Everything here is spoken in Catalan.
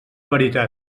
veritat